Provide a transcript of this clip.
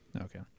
Okay